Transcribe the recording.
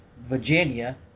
Virginia